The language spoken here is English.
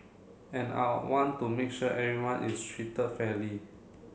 and I want to make sure everyone is treated fairly